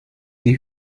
die